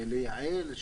לייעל,